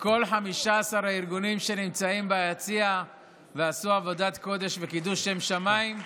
לכל 15 הארגונים שנמצאים ביציע ועשו עבודת קודש וקידוש שם שמיים,